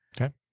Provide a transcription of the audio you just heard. Okay